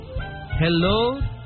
Hello